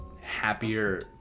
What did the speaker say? happier